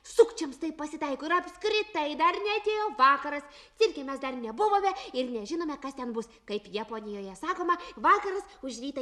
sukčiams taip pasitaiko ir apskritai dar neatėjo vakaras cirke mes dar nebuvome ir nežinome kas ten bus kaip japonijoje sakoma vakaras už rytą